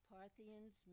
Parthians